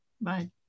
Bye